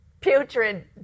putrid